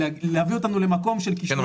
להביא אותנו למקום של כישלונות שבעבר --- כן,